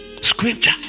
scripture